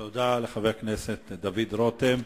תודה לחבר הכנסת דוד רותם.